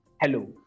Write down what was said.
hello